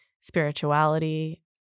spirituality